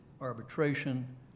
arbitration